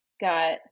got